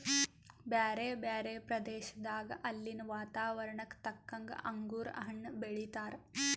ಬ್ಯಾರೆ ಬ್ಯಾರೆ ಪ್ರದೇಶದಾಗ ಅಲ್ಲಿನ್ ವಾತಾವರಣಕ್ಕ ತಕ್ಕಂಗ್ ಅಂಗುರ್ ಹಣ್ಣ್ ಬೆಳೀತಾರ್